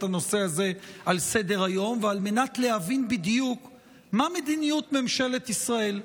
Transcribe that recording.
הנושא הזה על סדר-היום ועל מנת להבין בדיוק מה מדיניות ממשלת ישראל.